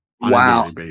wow